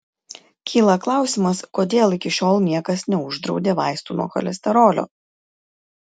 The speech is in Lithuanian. kyla klausimas kodėl iki šiol niekas neuždraudė vaistų nuo cholesterolio